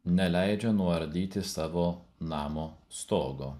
neleidžia nuardyti savo namo stogo